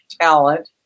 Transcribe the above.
talent